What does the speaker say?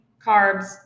carbs